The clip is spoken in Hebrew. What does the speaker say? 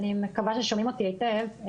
אני מקווה ששומעים אותי היטב.